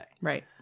Right